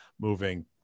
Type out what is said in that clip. moving